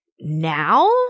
now